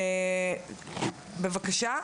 בבקשה.